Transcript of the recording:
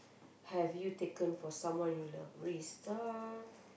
have you taken for someone you love risk uh